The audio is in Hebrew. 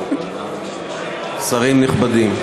שרים נכבדים,